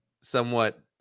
somewhat